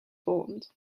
formed